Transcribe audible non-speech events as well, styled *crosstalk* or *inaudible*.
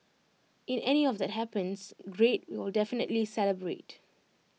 if any of that happens great *noise* we will definitely celebrate